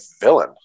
villain